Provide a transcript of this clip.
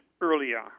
earlier